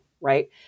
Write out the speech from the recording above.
right